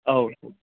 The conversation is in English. okay